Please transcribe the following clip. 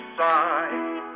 side